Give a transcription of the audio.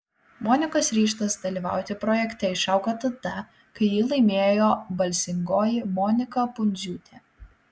monikos ryžtas dalyvauti projekte išaugo tada kai jį laimėjo balsingoji monika pundziūtė